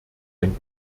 ein